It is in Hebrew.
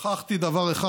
שכחתי דבר אחד.